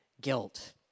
guilt